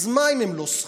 אז מה אם הם לא שכירים?